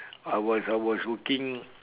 I was I was working